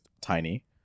tiny